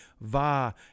Va